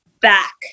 back